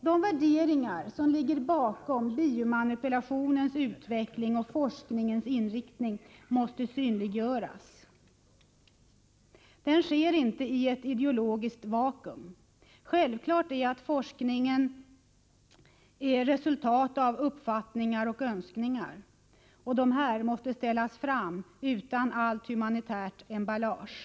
De värderingar som ligger bakom biomanipulationens utveckling och forskningens inriktning måste synliggöras. Det sker inte i ett ideologiskt vakuum. Det är självklart att forskningen är resultatet av olika uppfattningar och önskningar. Dessa måste så att säga ställas fram utan allt humanitärt emballage.